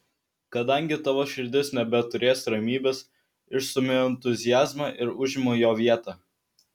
kadangi tavo širdis nebeturės ramybės išstumiu entuziazmą ir užimu jo vietą